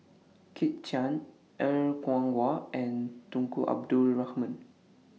Kit Chan Er Kwong Wah and Tunku Abdul Rahman